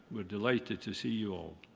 we're delighted to see you all.